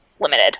limited